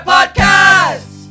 Podcast